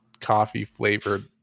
coffee-flavored